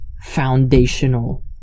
foundational